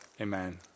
amen